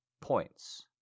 points